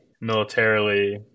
militarily